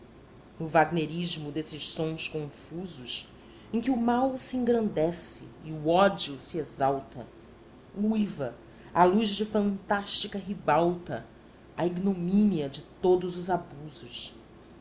no wagnerismo desses sons confusos em que o mal se engrandece e o ódio se exalta uiva à luz de fantástica ribalta a ignomínia de todos os abusos